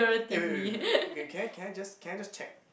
eh wait wait wait wait wait okay can I can I just can I just check